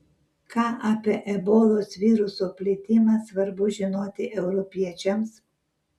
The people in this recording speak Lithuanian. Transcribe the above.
ką apie ebolos viruso plitimą svarbu žinoti europiečiams